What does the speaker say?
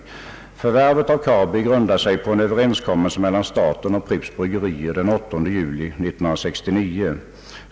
»Förvärvet av Kabi grundar sig på en överenskommelse mellan staten och Pripps Bryggerier den 8 juli 1969.